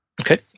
Okay